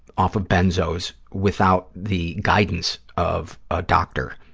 off of benzos without the guidance of a doctor,